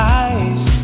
eyes